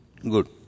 Good